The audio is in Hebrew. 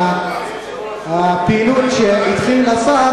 שהפעילות שהתחיל השר,